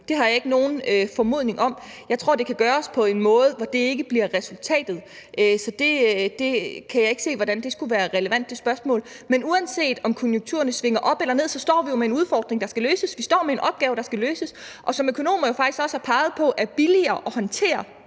Det har jeg ikke nogen formodning om. Jeg tror, det kan gøres på en måde, hvor det ikke bliver resultatet, så jeg kan ikke se, hvordan det spørgsmål skulle være relevant. Men uanset om konjunkturerne svinger op eller ned, står vi jo med en udfordring, der skal løses, vi står med en opgave, der skal løses, og som økonomer faktisk også har peget på er billigere at håndtere